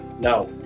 now